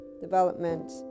development